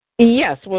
Yes